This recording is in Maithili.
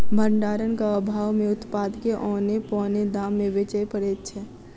भंडारणक आभाव मे उत्पाद के औने पौने दाम मे बेचय पड़ैत छै